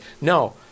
no